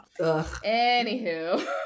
anywho